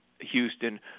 Houston